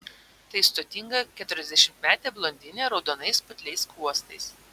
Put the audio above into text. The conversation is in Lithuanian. tai stotinga keturiasdešimtmetė blondinė raudonais putliais skruostais